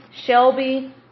Shelby